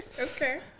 Okay